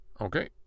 Okay